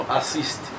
assist